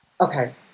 okay